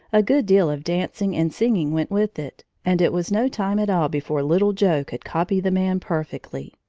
a good deal of dancing and singing went with it, and it was no time at all before little joe could copy the man perfectly.